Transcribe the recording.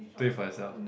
do it for yourself